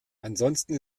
ansonsten